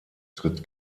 tritt